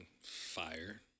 Fire